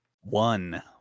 one